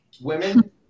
Women